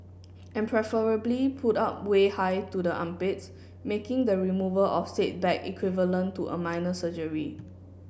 and preferably pulled up way high to the armpits making the removal of said bag equivalent to a minor surgery